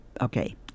Okay